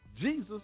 Jesus